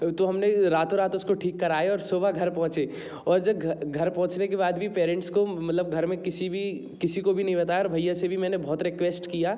तो हमने रातों रात उसको ठीक कराया और सुबह घर पहुँचे और ज घर पहुँचने के बाद भी पैरेंट्स को मलब घर में किसी भी किसी को भी नहीं बताया और भैया से भी मैंने बहुत रिक्वेस्ट किया